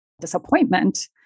disappointment